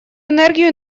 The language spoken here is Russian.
энергию